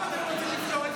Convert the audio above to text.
גם אתם רוצים לפטור את